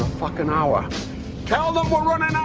fucking hour california